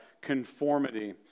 conformity